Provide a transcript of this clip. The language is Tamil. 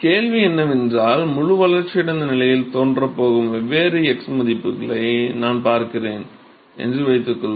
கேள்வி என்னவென்றால் முழு வளர்ச்சியடைந்த நிலை தோன்றப் போகும் வெவ்வேறு x மதிப்புகளை நான் பார்க்கிறேன் என்று வைத்துக்கொள்வோம்